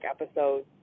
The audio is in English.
episodes